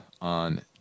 on